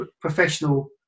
professional